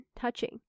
,touching